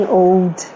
old